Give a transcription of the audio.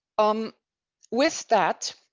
um with that.